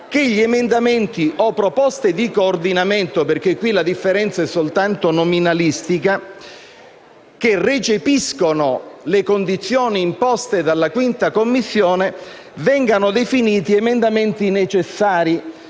che gli emendamenti o proposte di coordinamento (perché in questo caso la differenza è soltanto nominalistica) che recepiscono le condizioni imposte dalla 5a Commissione vengano definite emendamenti necessari